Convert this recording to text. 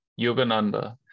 Yogananda